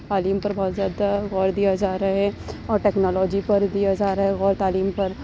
تعلیم پر بہت زیادہ غور دیا جا رہا ہے اور ٹیکنالوجی پر دیا جا رہا ہے اور تعلیم پر